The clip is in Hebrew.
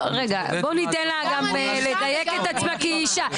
בואו ניתן לה גם לדייק את עצמה כי היא אישה.